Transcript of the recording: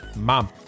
Mom